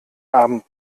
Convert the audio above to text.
abend